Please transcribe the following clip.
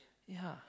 ya